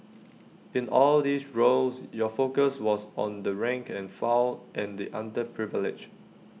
in all these roles your focus was on the rank and file and the underprivileged